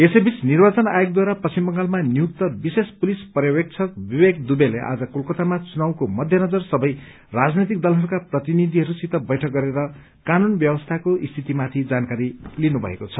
यसैबीच निर्वाचन आयोगद्वारा पश्चिम बंगालमा नियुक्त विशेष पुलिस पर्यवेक्षक विवेक दुबेले आज कलतामा चुनावको मध्य नजर सबै राजनैतिक दलहरूका प्रतिनिधिहरूसित बैठक गरेर कानून व्यवस्थाको स्थितिमाथि जानकारी लिनुभएको छ